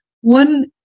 one